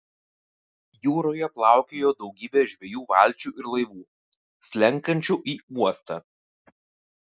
jūroje plaukiojo daugybė žvejų valčių ir laivų slenkančių į uostą